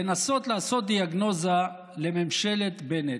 לנסות לעשות דיאגנוזה לממשלת בנט,